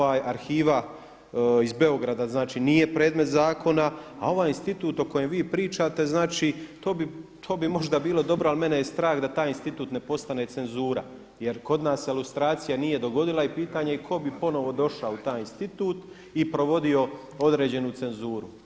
Arhiva iz Beograda znači nije predmet zakona a ovaj institut o kojem vi pričate, znači to bi možda bilo dobro ali mene je strah da taj institut ne postane cenzura jer kod nas se lustracija nije dogodila i pitanje je tko bi ponovno došao u taj institut i provodio određenu cenzuru.